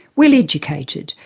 well educated,